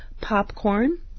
popcorn